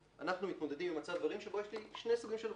אנחנו מתמודדים עם מצב דברים בו יש לי שני סוגים של אוכלוסיות.